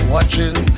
Watching